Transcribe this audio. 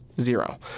Zero